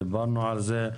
דיברנו על זה.